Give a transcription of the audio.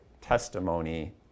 testimony